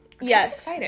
Yes